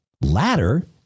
Ladder